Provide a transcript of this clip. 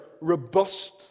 robust